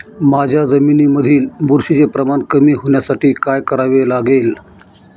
माझ्या जमिनीमधील बुरशीचे प्रमाण कमी होण्यासाठी काय करावे लागेल?